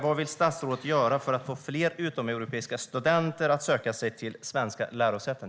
Vad vill statsrådet göra för att få fler utomeuropeiska studenter att söka sig till svenska lärosäten?